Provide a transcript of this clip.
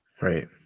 Right